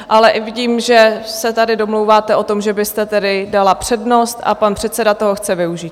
Ale vidím, že se tady domlouváte o tom, že byste tedy dala přednost, a pan předseda toho chce využít.